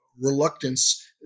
reluctance